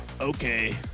Okay